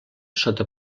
sota